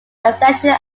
ascension